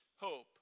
hope